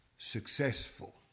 successful